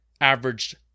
averaged